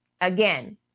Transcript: Again